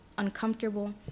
uncomfortable